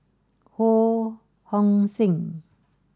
Ho Hong Sing